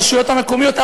הרשויות המקומיות,